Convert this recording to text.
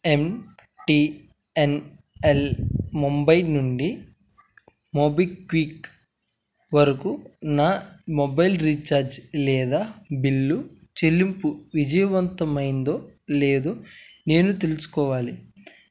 ఎం T N L Mumbai నుండి MobiKwik వరకు నా మొబైల్ రీఛార్జ్ లేదా బిల్లు చెల్లింపు విజయవంతమైందో లేదో నేను తెలుసుకోవాలి